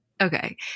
Okay